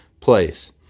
place